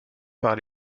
par